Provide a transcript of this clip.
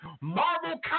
Marvel